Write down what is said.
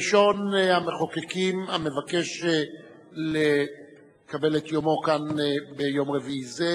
ראשון המחוקקים המבקש לקבל את יומו כאן ביום רביעי זה,